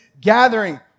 gathering